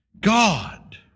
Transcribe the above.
God